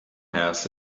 has